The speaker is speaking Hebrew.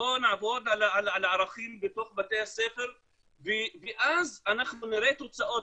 בואו נעבוד על הערכים בתוך בתי הספר ואז אנחנו נראה תוצאות,